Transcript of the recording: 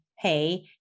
Hey